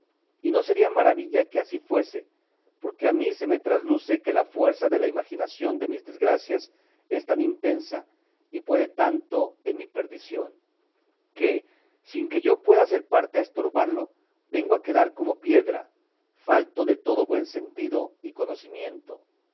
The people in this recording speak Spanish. y no sería maravilla que así fuese porque a mí se me trasluce que la fuerza de la imaginación de mis desgracias es tan intensa y puede tanto en mi perdición que sin que yo pueda ser parte a estobarlo vengo a quedar como piedra falto de todo buen sentido y conocimiento